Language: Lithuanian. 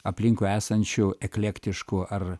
aplinkui esančių eklektiškų ar